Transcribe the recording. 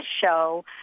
show